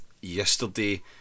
yesterday